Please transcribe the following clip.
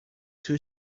two